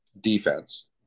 defense